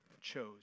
chose